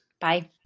Bye